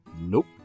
Nope